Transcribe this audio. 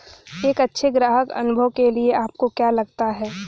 एक अच्छे ग्राहक अनुभव के लिए आपको क्या लगता है?